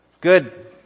good